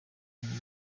inyuma